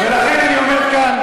ולכן אני אומר כאן,